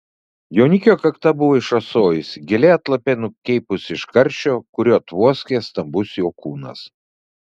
jaunikio kakta buvo išrasojusi gėlė atlape nukeipusi iš karščio kuriuo tvoskė stambus jo kūnas